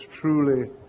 truly